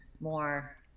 more